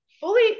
fully